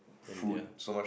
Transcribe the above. India